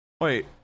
Wait